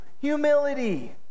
Humility